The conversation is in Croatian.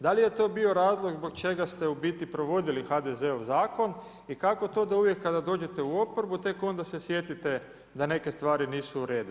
Da li je to bio razlog zbog čega ste u biti provodili HDZ-ov zakon i kako to da uvijek kada dođete u oporbu tek onda se sjetite da neke stvari nisu uredu?